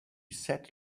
sat